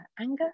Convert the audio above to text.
anger